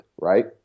Right